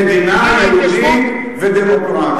כמדינה יהודית ודמוקרטית.